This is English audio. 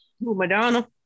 Madonna